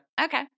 Okay